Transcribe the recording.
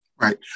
Right